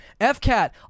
FCAT